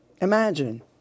imagine